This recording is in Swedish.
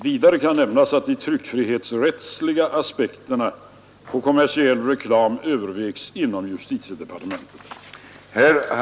Vidare kan nämnas att de tryckfrihetsrättsliga aspekterna på kommersiell reklam övervägs inom justitiedepartementet.